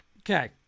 Okay